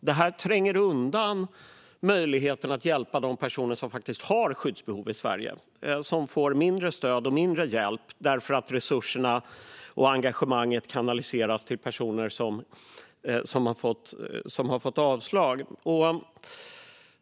Det här tränger undan möjligheten att hjälpa de personer i Sverige som faktiskt har skyddsbehov och som därför får mindre stöd och hjälp för att resurserna och engagemanget kanaliseras till personer som har fått avslag.